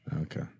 Okay